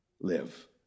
live